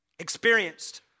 experienced